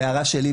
והערה שלי,